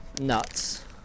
nuts